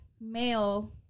male